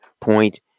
point